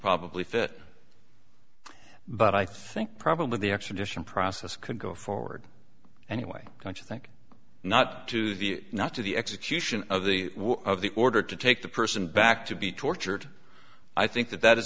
probably fit but i think probably the extradition process could go forward anyway country think not to the not to the execution of the of the order to take the person back to be tortured i think that that is